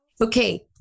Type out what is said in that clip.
Okay